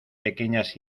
pequeñas